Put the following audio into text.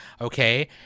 Okay